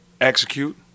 execute